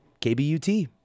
KBUT